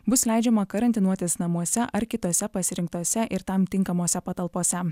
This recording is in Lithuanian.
bus leidžiama karantinuotis namuose ar kitose pasirinktose ir tam tinkamose patalpose